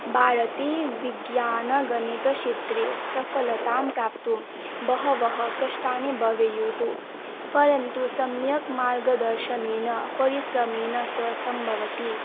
भारतीयविज्ञानगणितक्षेत्रे सफलतां प्राप्तुं बहवः कष्टानि भवेयुः परन्तु सम्यक् मार्गदर्शनेन परिश्रमेण च सम्भवति